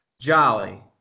jolly